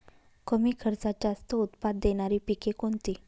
कमी खर्चात जास्त उत्पाद देणारी पिके कोणती?